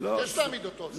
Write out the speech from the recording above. אתה תבקש להעמיד אותו.